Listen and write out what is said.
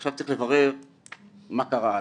עכשיו צריך לברר מה קרה הלאה.